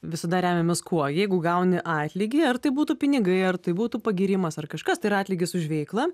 visada remiamės kuo jeigu gauni atlygį ar tai būtų pinigai ar tai būtų pagyrimas ar kažkas tai yra atlygis už veiklą